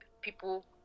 people